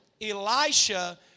Elisha